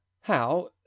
How